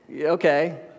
Okay